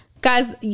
Guys